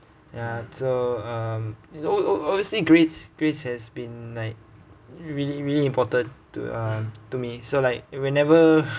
ya so um you know o~ o~ obviously grades grades has been like really really important to um to me so like whenever